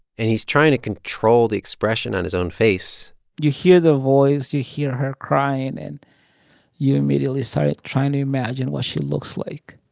and he's trying to control the expression on his own face you hear the voice. you hear her crying, and you immediately started trying to imagine what she looks like.